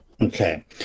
Okay